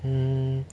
hmm